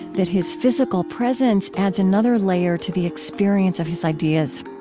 that his physical presence adds another layer to the experience of his ideas.